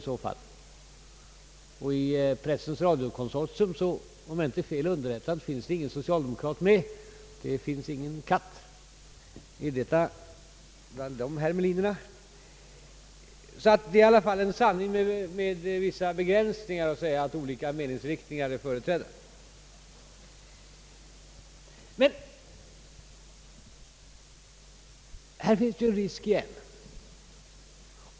Om jag inte är fel underrättad finns i pressens radiokonsortium ingen socialdemokrat med, det finns ingen katt bland de hermelinerna! Det är alltså en sanning med vissa begränsningar att säga att olika meningsriktningar är företrädda. Men — här finns en ytterligare risk.